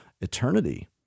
eternity